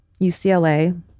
UCLA